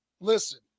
listen